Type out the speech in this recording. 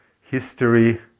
history